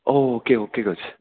oh okay okay coach